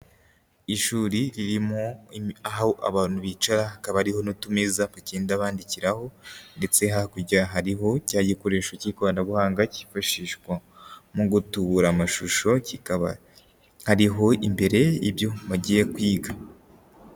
Ishuri ririmo aho abantu bicara, hakaba hariho n'utumeza bagenda bandikiraho, ndetse hakurya hariho cya gikoresho cy'ikoranabuhanga kifashishwa mu gutubura amashusho, kikaba hariho imbere ibyo bagiye kwiga.